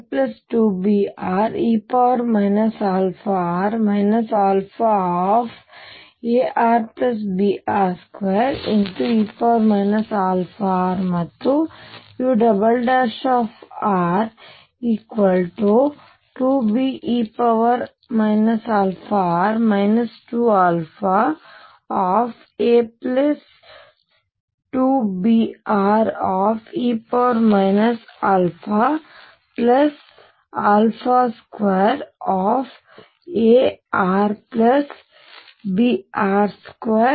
ಪುನಃ ur a2bre αr αarbr2e αr ಮತ್ತು ur2be αr 2αa2bre α2arbr2e αr